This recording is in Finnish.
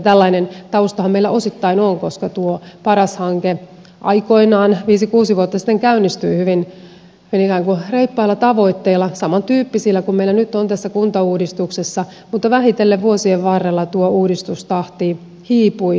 tällainen taustahan meillä osittain on koska tuo paras hanke aikoinaan viisi kuusi vuotta sitten käynnistyi ikään kuin reippailla tavoitteilla samantyyppisillä kuin meillä nyt on tässä kuntauudistuksessa mutta vähitellen vuosien varrella tuo uudistustahti hiipui